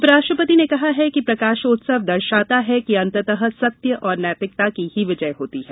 उपराष्ट्रपति ने कहा है कि प्रकाशोत्सव दर्शाता है कि अंततः सत्य और नैतिकता की ही विजय होती है